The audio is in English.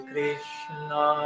Krishna